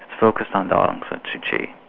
focused on and aung san suu kyi.